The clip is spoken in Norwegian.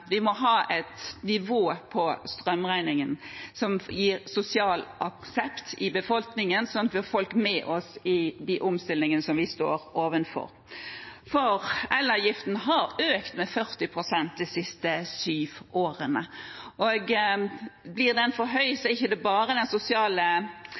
vi må ha et nivå på strømregningen som har sosial aksept i befolkningen, slik at vi får folk med oss i den omstillingen vi står overfor. Elavgiften har økt med 40 pst. de siste syv årene, og blir den